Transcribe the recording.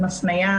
עם הפניה